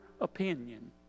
opinion